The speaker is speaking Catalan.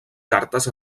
cartes